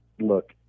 look